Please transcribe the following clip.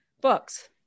Books